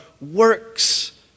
works